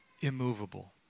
immovable